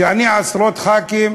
כשזה עשרות ח"כים,